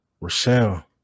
Rochelle